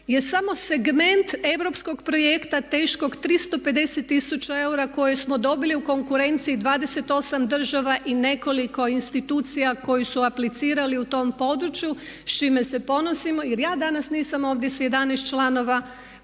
je samo segment Europskog projekta teškog 350 tisuća eura koje smo dobili u konkurenciji 28 država i nekoliko institucija koje su aplicirali u tom području s čime se ponosimo. Jer ja danas nisam ovdje s 11 članova,